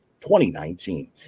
2019